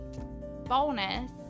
bonus